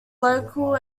local